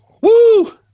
woo